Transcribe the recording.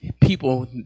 people